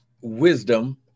wisdom